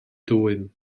dwym